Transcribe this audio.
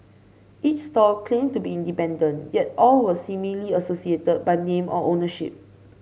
each stall claimed to be independent yet all were seemingly associated by name or ownership